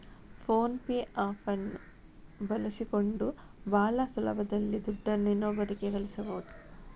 phone pay app ಅನ್ನು ಬಳಸಿಕೊಂಡು ಭಾಳ ಸುಲಭದಲ್ಲಿ ದುಡ್ಡನ್ನು ಇನ್ನೊಬ್ಬರಿಗೆ ಕಳಿಸಬಹುದು